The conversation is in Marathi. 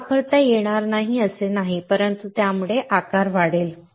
ते वापरता येणार नाही असे नाही पण त्यामुळे आकार वाढेल